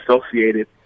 associated